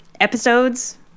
episodes